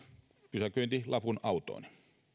pysäköintilapun autooni